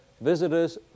visitors